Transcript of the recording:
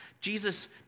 Jesus